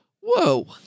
Whoa